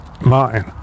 Martin